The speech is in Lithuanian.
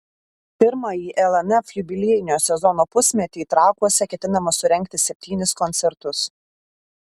pirmąjį lnf jubiliejinio sezono pusmetį trakuose ketinama surengti septynis koncertus